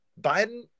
Biden